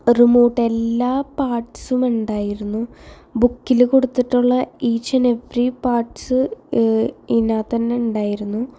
remote എല്ലാ പാർട്ട്സും ഉണ്ടായിരുന്നു ബുക്കിൽ കൊടുത്തിട്ടുള്ള ഈച്ച് ആൻഡ് എവരി പാർട്സ് ഇതിനകത്തുതന്നെ ഉണ്ടായിരുന്നു